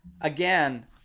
Again